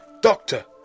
Doctor